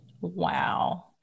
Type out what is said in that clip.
Wow